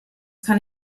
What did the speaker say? kann